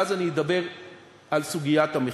ואז אני אדבר על סוגיית המחיר,